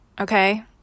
okay